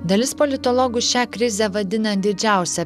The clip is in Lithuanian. dalis politologų šią krizę vadina didžiausią